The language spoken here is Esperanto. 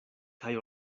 kaj